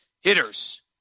hitters